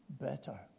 better